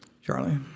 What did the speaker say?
Charlie